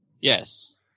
Yes